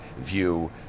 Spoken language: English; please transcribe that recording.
view